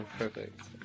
Perfect